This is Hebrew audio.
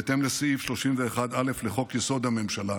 בהתאם לסעיף 31(א) לחוק-יסוד: הממשלה,